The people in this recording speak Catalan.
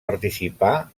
participà